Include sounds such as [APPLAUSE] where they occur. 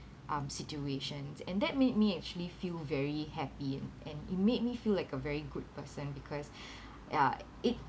um situations and that made me actually feel very happy and it made me feel like a very good person because [BREATH] ya it